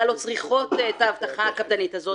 לא צריכות את האבטחה הקפדנית הזאת,